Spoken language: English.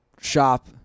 shop